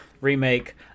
remake